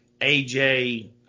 AJ